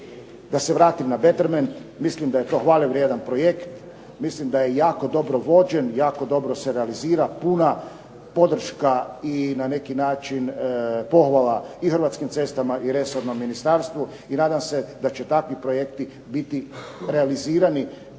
Da se vratim na Betterment, mislim da je to hvalevrijedan projekt, mislim da je jako dobro vođen, jako dobro se realizira. Puna podrška i na neki način pohvala i Hrvatskim cestama i resornom ministarstvu i nadam se da će takvi projekti biti realizirani